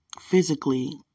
physically